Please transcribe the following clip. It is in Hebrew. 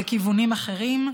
לכיוונים אחרים.